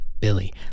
Billy